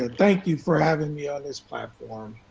um thank you, for having me on this platform.